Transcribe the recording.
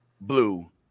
blue